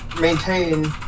maintain